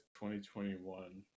2021